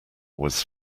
was